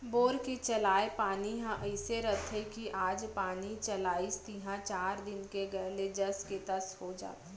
bore के चलाय पानी ह अइसे रथे कि आज पानी चलाइस तिहॉं चार दिन के गए ले जस के तस हो जाथे